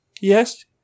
Yes